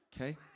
Okay